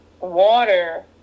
water